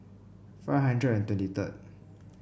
five hundred and twenty third